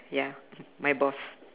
ya my boss